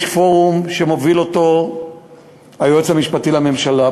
יש פורום שמוביל היועץ המשפטי לממשלה,